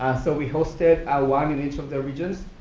so, we hosted one in each of the regions.